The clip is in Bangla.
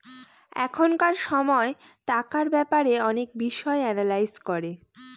এখনকার সময় টাকার ব্যাপারে অনেক বিষয় এনালাইজ করে